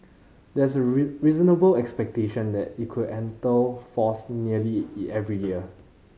there's a reasonable expectation that it could enter force early every year